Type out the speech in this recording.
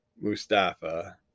Mustafa